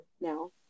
now